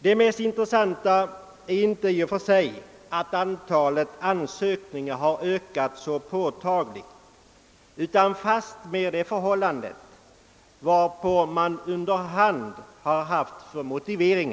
Det mest intressanta är emellertid inte att antalet ansökningar i och för sig har ökat så påtagligt utan fastmer de motiveringar som anförts i en ökad utsträckning.